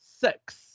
six